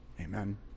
Amen